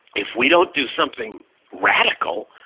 if we don't do something radical,